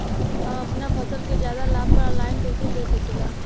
हम अपना फसल के ज्यादा लाभ पर ऑनलाइन कइसे बेच सकीला?